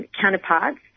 counterparts